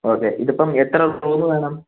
okay ഇതിപ്പം എത്ര room വേണം